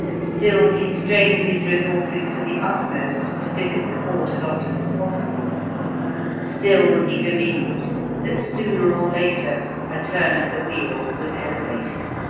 still he strained his resources to the utmost to visit the court as often as possible still he believed that sooner or later a turn of the wheel would elevate him.